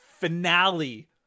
finale